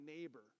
neighbor